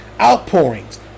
outpourings